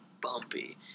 bumpy